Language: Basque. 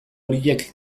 horiek